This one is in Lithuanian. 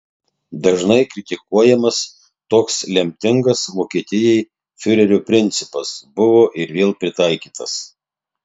dažnai kritikuojamas toks lemtingas vokietijai fiurerio principas buvo ir vėl pritaikytas